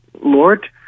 Lord